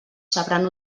sabran